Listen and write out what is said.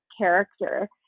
character